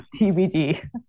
TBD